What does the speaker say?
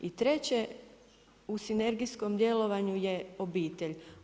I treće, u sinergijskom djelovanju je obitelj.